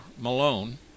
Malone